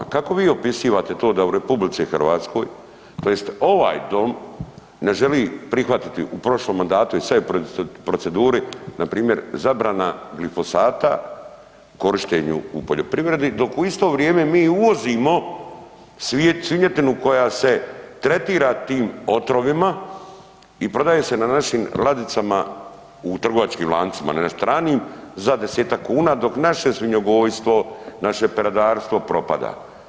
Kako vi opisivate to da u RH tj. ovaj dom ne želi prihvatiti, u prošlom mandatu je … [[Govornik se ne razumije]] proceduri npr. zabrana glifosata korištenju u poljoprivredi dok u isto vrijeme mi uvozimo svinjetinu koja se tretira tim otrovima i prodaje se na našim ladicama u trgovačkim lancima, ne na stranim, za 10-tak kuna dok naše svinjogojstvo i naše peradarstvo propada?